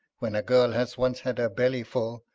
when a girl has once had her belly full,